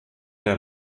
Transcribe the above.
der